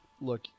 look